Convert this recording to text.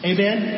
Amen